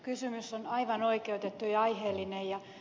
kysymys on aivan oikeutettu ja aiheellinen